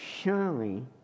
Surely